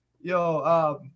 yo